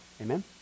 Amen